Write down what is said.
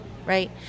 right